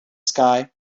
sky